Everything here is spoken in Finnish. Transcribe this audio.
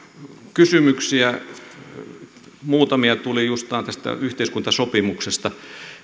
kysymyksiä tuli tästä yhteiskuntasopimuksesta